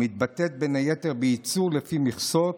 המתבטאת בין היתר בייצור לפי מכסות,